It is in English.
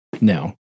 No